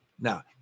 Now